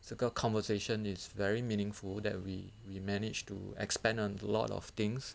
这个 conversation is very meaningful that we we managed to expand on a lot of things